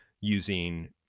using